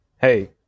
Hey